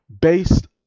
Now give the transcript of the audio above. based